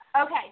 okay